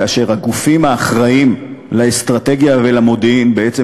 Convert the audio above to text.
כאשר הגופים האחראים לאסטרטגיה ולמודיעין בעצם